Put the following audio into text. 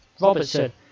Robertson